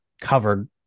covered